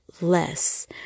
less